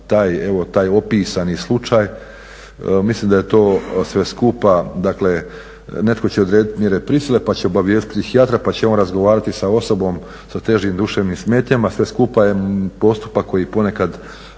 taj opisani slučaj mislim da je to sve skupa dakle netko će odrediti mjere prisile pa će obavijestiti psihijatra pa će on razgovarati sa osobom sa težim duševnim smetnjama. Sve skupa je postupak za kojega ponekad